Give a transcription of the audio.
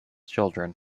children